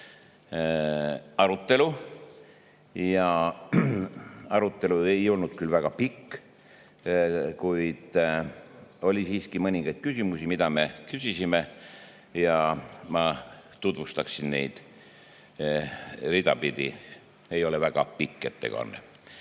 arutelu. Arutelu ei olnud küll väga pikk, kuid oli siiski mõningaid küsimusi, mida me küsisime, ja ma tutvustaksin neid rida pidi. Ei ole väga pikk